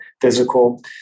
physical